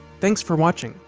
thanks for watching!